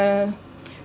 uh